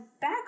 back